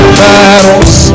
battles